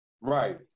Right